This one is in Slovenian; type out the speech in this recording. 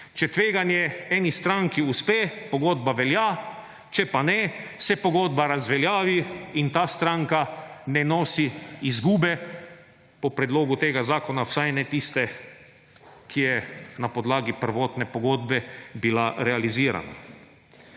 Če tveganje eni stranki uspe, pogodba velja, če pa ne, se pogodba razveljavi in ta stranka ne nosi izgube – po predlogu tega zakona vsaj ne tiste, ki je na podlagi prvotne pogodbe bila realizirana.